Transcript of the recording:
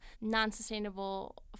non-sustainable